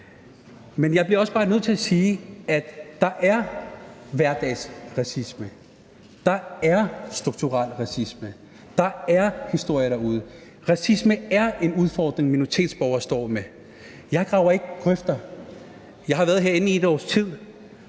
Men jeg bliver også bare nødt til at sige, at der er hverdagsracisme. Der er strukturel racisme. Der er historier derude. Racisme er en udfordring, minoritetsborgere står med. Jeg graver ikke grøfter. Jeg har været herinde i et års tid,